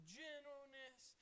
gentleness